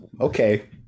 okay